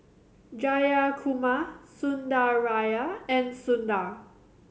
Jayakumar Sundaraiah and Sundar